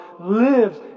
lives